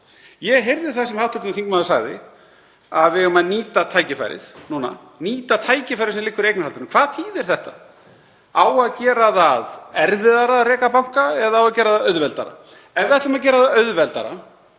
Ég heyrði það sem hv. þingmaður sagði, að við ættum að nýta tækifærið núna, nýta tækifærið sem liggur í eignarhaldinu. Hvað þýðir þetta? Á að gera það erfiðara að reka banka eða á að gera það auðveldara? Ef við ætlum að gera það auðveldara,